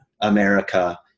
America